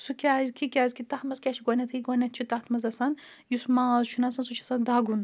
سُہ کیٛازِ کہِ کیٛازِ کہِ تَتھ منٛز کیٛاہ چھِ گۄڈنٮ۪تھٕے گۄڈٕنٮ۪تھ چھُ تَتھ منٛز آسان یُس ماز چُھنا آسان سُہ چھِ آسان دَگُن